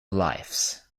lifes